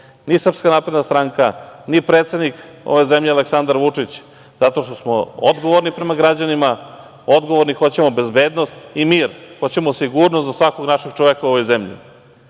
dozvoliti ni SNS, ni predsednik ove zemlje Aleksandar Vučić zato što smo odgovorni prema građanima, odgovorni hoćemo bezbednost i mir. Hoćemo sigurnost za svakog našeg čoveka u ovoj zemlji.